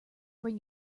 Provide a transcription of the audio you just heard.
bring